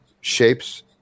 shapes